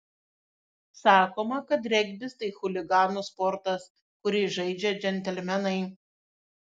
sakoma kad regbis tai chuliganų sportas kurį žaidžia džentelmenai